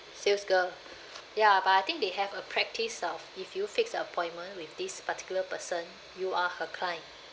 sales girl ya but I think they have a practice of if you fix appointment with this particular person you are her client